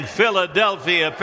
Philadelphia